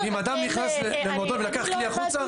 אם אדם נכנס למועדון ולקח כלי החוצה.